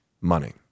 money